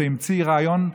שהמציא רעיון,